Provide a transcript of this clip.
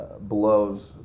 blows